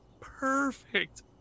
perfect